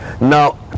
now